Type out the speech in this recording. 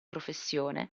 professione